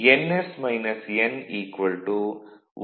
ns - n 120f2 P